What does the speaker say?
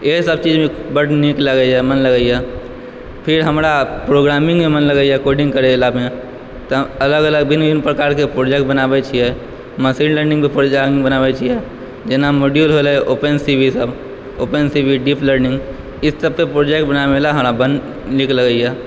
इएह सब चीज बड़ नीक लागैया मन लागैया फेर हमरा प्रोग्रामिंग मे मन लगैया कोडिंग करय वला मे तऽ अलग अलग भिन्न भिन्न प्रकार के प्रोजेक्ट बनाबै छियै मशीन लर्निंग मे प्रोग्रामिंग बनाबै छियै जेना मोडयूल होलै ओपन सी ई सब ओपन सी डीप लर्निंग ई सबटा प्रोजेक्ट बनाबै मे हमरा बड़ नीक लगैया